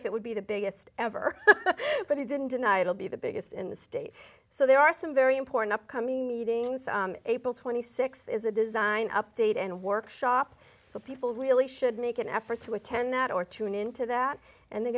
if it would be the biggest ever but he didn't deny it will be the biggest in the state so there are some very important upcoming meetings april twenty sixth is a design update and workshop so people really should make an effort to attend that or tune into that and they